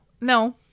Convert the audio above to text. no